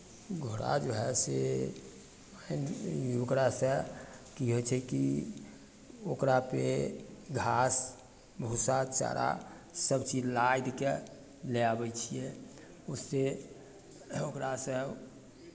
घोड़ा जो हए से ओकरासँ की होइ छै कि ओकरापे घास भुस्सा चारा सभचीज लादि कऽ लए आबै छियै उससे ओकरासँ